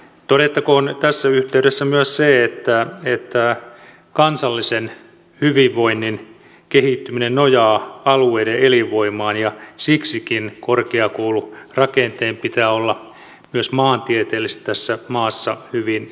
todettakoon tässä yhteydessä myös se että kansallisen hyvinvoinnin kehittyminen nojaa alueiden elinvoimaan ja siksikin korkeakoulurakenteen pitää olla tässä maassa myös maantieteellisesti hyvinkin kattava